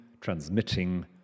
transmitting